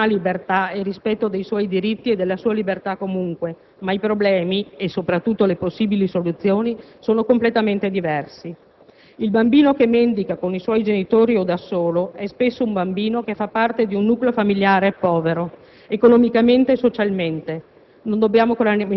Il bambino non ha libertà e il rispetto dei suoi diritti e della sua libertà va comunque tutelato, ma i problemi e soprattutto le possibili soluzioni sono completamente diversi. Il bambino che mendica con i suoi genitori o da solo spesso fa parte di un nucleo familiare povero, economicamente e socialmente.